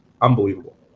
unbelievable